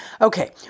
Okay